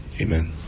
Amen